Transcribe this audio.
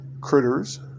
critters